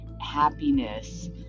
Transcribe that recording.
happiness